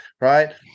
right